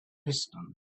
piston